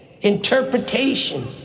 interpretation